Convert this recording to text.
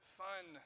fun